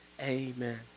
Amen